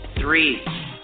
Three